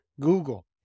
Google